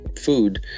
food